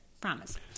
Promise